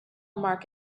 mark